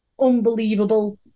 unbelievable